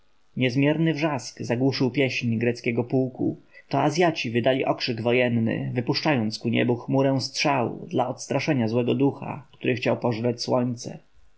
niezmierny wrzask zagłuszył pieśń greckiego pułku to azjaci wydali okrzyk wojenny wypuszczając ku niebu chmurę strzał dla odstraszenia złego ducha który chciał pożreć słońce